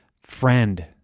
friend